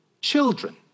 children